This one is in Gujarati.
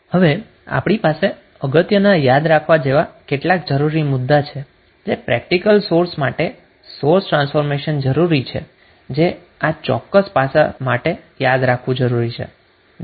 હવે આપણી પાસે અગત્યના યાદ રાખવા જેવા કેટલાક જરૂરી મુદા છે જે પ્રેક્ટીકલ સોર્સ માટે સોર્સ ટ્રાન્સફોર્મેશન જરૂરી છે જે આ ચોક્કસ પાસા માટે યાદ રાખવું જરૂરી છે